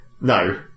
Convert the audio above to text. No